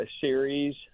series